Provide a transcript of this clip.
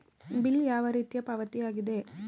Bill ಯಾವ ರೀತಿಯ ಪಾವತಿಯಾಗಿದೆ?